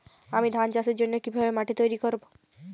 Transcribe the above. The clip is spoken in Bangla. আমি ধান চাষের জন্য কি ভাবে মাটি তৈরী করব?